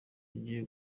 agiye